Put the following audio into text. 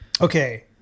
Okay